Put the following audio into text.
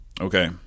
Okay